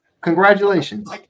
Congratulations